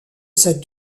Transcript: cette